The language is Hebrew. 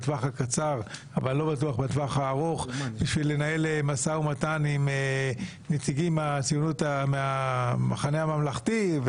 רק לנהל משא ומתן עם נציגים מהמחנה הממלכתי,